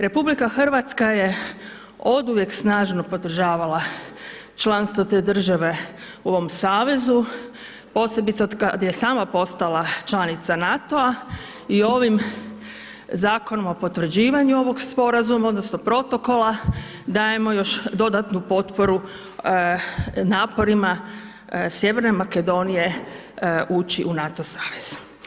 RH je oduvijek snažno podržavala članstvo te države u ovom savezu, posebice od kad je sama postala članica NATO-a i ovim zakonom o potvrđivanju ovog sporazuma odnosno protokola dajemo još dodatnu potporu naporima Sjeverne Makedonije ući u NATO savez.